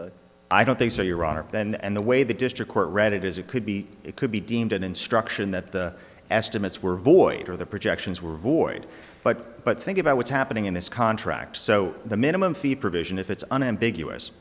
could i don't think so your honor then and the way the district court read it is it could be it could be deemed an instruction that the estimates were void or the projections were void but but think about what's happening in this contract so the minimum fee provision if it's unambiguous